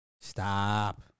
Stop